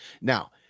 Now